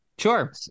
Sure